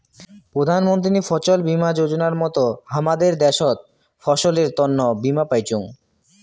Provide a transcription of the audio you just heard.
প্রধান মন্ত্রী ফছল বীমা যোজনার মত হামাদের দ্যাশোত ফসলের তন্ন বীমা পাইচুঙ